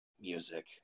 music